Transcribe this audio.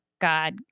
God